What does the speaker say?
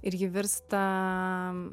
ir ji virsta